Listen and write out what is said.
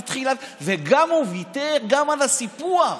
והוא ויתר גם על הסיפוח.